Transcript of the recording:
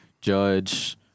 Judge